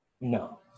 No